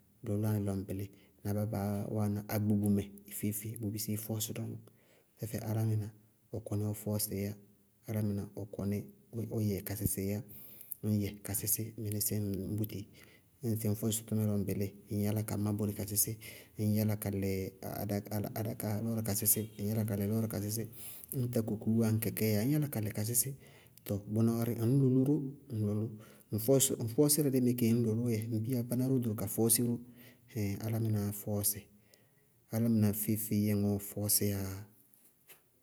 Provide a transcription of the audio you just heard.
Bʋ lá nɩ ña plɩ baá ñ na bábá wáana agbogbomɛ, ɩ feé-feé, bʋ bisí ɩ fɔɔsɩ dɔñɔ. Tɛfɛ álámɩná, ɔ kɔnɩ ɔ fɔɔsɩɩyá, álámɩná ɔ kɔnɩ ɔ yɛ ka sɩsɩɩyá. Ñ yɛ ka sɩsɩ mɩnɩsɩɩ ñ bútá. Ñŋsɩ ŋñ fɔɔsɩ tʋmʋrɛ lɔ ɖ bɩlɩɩ, ŋñ yála ka má bóre ka sɩsɩ, ŋñ yála ka lɛ adá-adá- adákaá lɔɔrɩ ka sɩsɩ, ŋñ yála ka lɛ lɔɔrɩ ka sɩsɩ, ŋñ tákukuú wáa, ñŋ kɛkɛɛyá ŋñ yála ka lɛ ka sɩsɩ. Tɔ bʋná wárɩ, ŋñ lʋlʋ ró, ŋñ lʋ ró. Ŋ fɔɔsɩ- ŋ fɔɔsɩrɛ dɩ mɛ kéé ŋñ lʋlʋ kée dzɛ. Ŋ biya, báná róó doro ka fɔɔsɩ ró. Álámɩnáá fɔɔsɩ. Álámɩná feé-feé yɛ ŋɔɔɔ fɔsɩyáá yá.